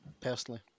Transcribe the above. personally